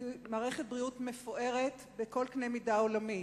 בריאות מפוארת בכל קנה מידה עולמי,